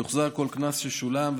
יוחזר כל קנס ששולם,